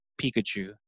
Pikachu